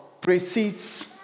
precedes